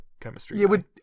chemistry